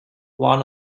one